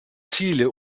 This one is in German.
ziele